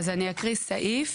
אז אני אקריא סעיף,